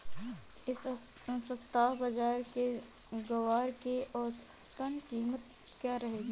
इस सप्ताह बाज़ार में ग्वार की औसतन कीमत क्या रहेगी?